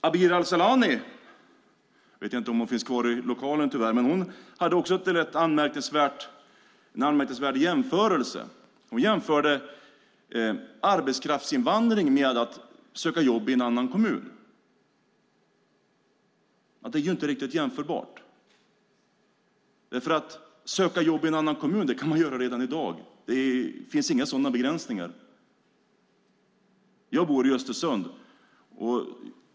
Abir Al-Sahlani - jag vet tyvärr inte om hon finns kvar i lokalen - hade också en rätt anmärkningsvärd jämförelse. Hon jämförde arbetskraftsinvandring med att söka jobb i en annan kommun. Det är inte riktigt jämförbart. Att söka jobb i en annan kommun kan man göra redan i dag. Det finns inga sådana begränsningar. Jag bor i Östersund.